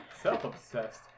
self-obsessed